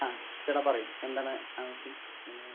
ആ ചേട്ടാ പറയൂ എന്താണ് ആവശ്യം എങ്ങനെ ആണ്